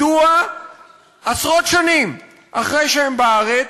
מדוע עשרות שנים אחרי שהם בארץ,